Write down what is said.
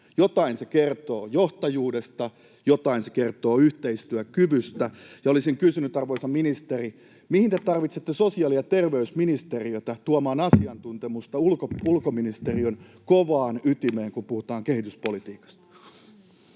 Jotain se kertoo johtajuudesta, jotain se kertoo yhteistyökyvystä, ja olisin kysynyt, arvoisa ministeri: mihin te tarvitsette sosiaali- ja terveysministeriötä tuomaan asiantuntemusta ulkoministeriön kovaan ytimeen, kun puhutaan kehityspolitiikasta?